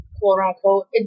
quote-unquote